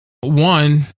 one